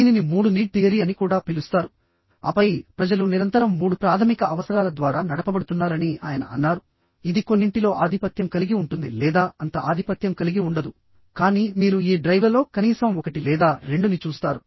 దీనిని 3 need theory అని కూడా పిలుస్తారు ఆపై ప్రజలు నిరంతరం 3 ప్రాథమిక అవసరాల ద్వారా నడపబడుతున్నారని ఆయన అన్నారు ఇది కొన్నింటిలో ఆధిపత్యం కలిగి ఉంటుంది లేదా అంత ఆధిపత్యం కలిగి ఉండదు కానీ మీరు ఈ డ్రైవ్లలో కనీసం 1 లేదా 2 ని చూస్తారు